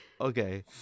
Okay